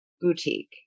boutique